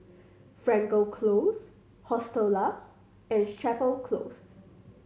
Frankel Close Hostel Lah and Chapel Close